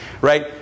Right